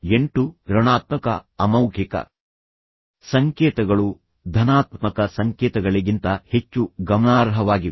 ಎಂಟು ಋಣಾತ್ಮಕ ಅಮೌಖಿಕ ಸಂಕೇತಗಳು ಧನಾತ್ಮಕ ಸಂಕೇತಗಳಿಗಿಂತ ಹೆಚ್ಚು ಗಮನಾರ್ಹವಾಗಿವೆ